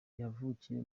yavukiye